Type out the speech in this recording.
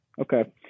Okay